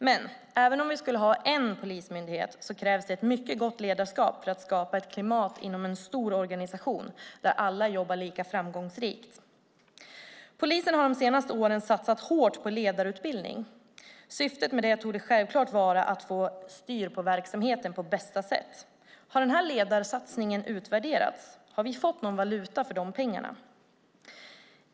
Men även om vi skulle ha en polismyndighet krävs det ett mycket gott ledarskap för att skapa ett klimat inom en stor organisation där alla jobbar lika framgångsrikt. Polisen har de senaste åren satsat hårt på ledarutbildning. Syftet med det torde självklart vara att få styr på verksamheten på bästa sätt. Har ledarsatsningen utvärderats? Har vi fått valuta för pengarna?